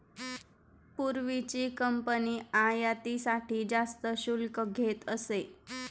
पूर्वीची कंपनी आयातीसाठी जास्त शुल्क घेत असे